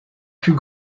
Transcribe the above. plus